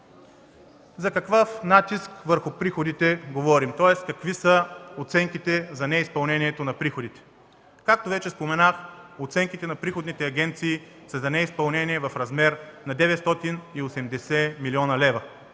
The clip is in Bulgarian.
За какъв натиск върху приходите говорим, тоест какви са оценките за неизпълнението на приходите? Както вече споменах, оценките на приходните агенции са за неизпълнение в размер на 980 млн. лв.